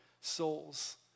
souls